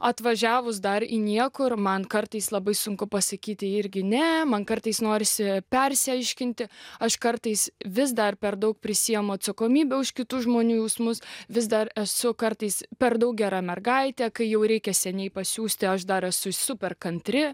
atvažiavus dar į niekur man kartais labai sunku pasakyti irgi ne man kartais norisi persiaiškinti aš kartais vis dar per daug prisiimu atsakomybę už kitų žmonių jausmus vis dar esu kartais per daug gera mergaitė kai jau reikia seniai pasiųsti aš dar esu super kantri